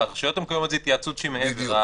הרשויות המקומיות זאת התייעצות שהיא מעבר.